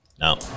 No